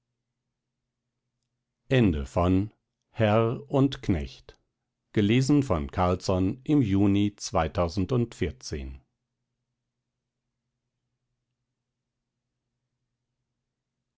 herr und knecht novelle von l n